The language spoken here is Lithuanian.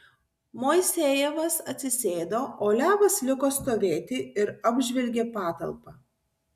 moisejevas atsisėdo o levas liko stovėti ir apžvelgė patalpą